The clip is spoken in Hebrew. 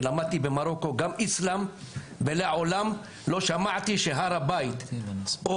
למדתי במרוקו גם אסלאם ולעולם לא שמעתי שהר הבית או